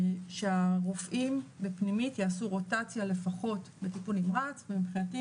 שהרופאים בפנימית יעשו רוטציה לפחות בטיפול נמרץ ומבחינתי